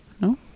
no